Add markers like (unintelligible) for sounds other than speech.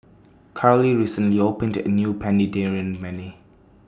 Carly recently opened A New (unintelligible)